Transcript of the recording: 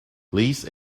these